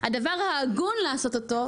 הדבר ההגון לעשות אותו,